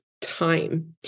time